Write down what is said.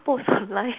post online